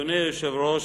אדוני היושב-ראש,